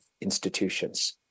institutions